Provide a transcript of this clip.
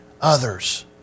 others